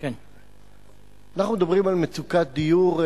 אנחנו מדברים על מצוקת דיור,